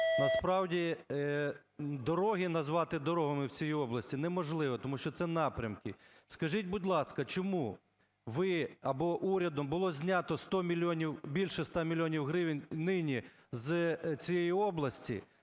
Насправді дороги назвати дорогами в цій області неможливо, тому що це напрямки. Скажіть, будь ласка, чому ви або урядом було знято 100 мільйонів, більше 100 мільйонів гривень нині з цієї області?